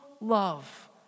love